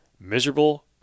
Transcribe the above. miserable